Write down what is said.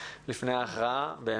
לפני ההכרעה, באמת.